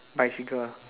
bicycle